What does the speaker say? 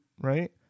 right